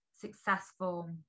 successful